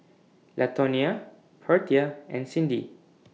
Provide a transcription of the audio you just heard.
Latonia Portia and Cyndi